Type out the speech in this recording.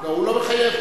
הוא לא מחייב.